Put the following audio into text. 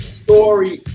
story